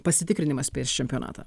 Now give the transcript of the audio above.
pasitikrinimas prieš čempionatą